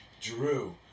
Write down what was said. Drew